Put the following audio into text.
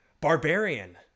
Barbarian